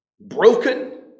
Broken